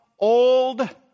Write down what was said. old